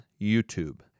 YouTube